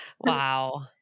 Wow